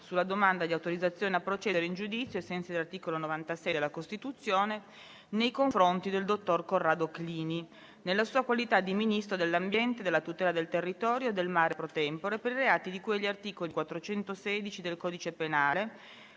sulla domanda di autorizzazione a procedere in giudizio, ai sensi dell'articolo 96 della Costituzione, nei confronti del dottor Corrado Clini, nella sua qualità di Ministro dell'ambiente, della tutela del territorio e del mare *pro tempore*. Invito i senatori Segretari a